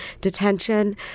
detention